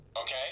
okay